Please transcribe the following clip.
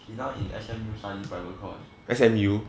she now in S_M_U study private course